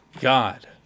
god